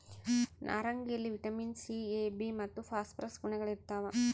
ನಾರಂಗಿಯಲ್ಲಿ vitamin C A B ಮತ್ತು phosphorus ಗುಣಗಳಿರ್ತಾವ